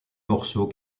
morceaux